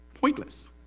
pointless